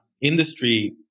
industry